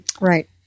Right